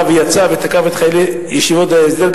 בא ויצא ותקף גם כן את חיילי ישיבות ההסדר,